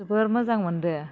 जोबोर मोजां मोनदों